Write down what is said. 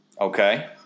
Okay